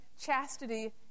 chastity